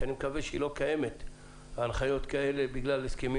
שאני מקווה שהיא לא קיימת בגלל הסכמים